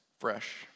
fresh